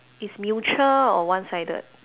is mutual or one sided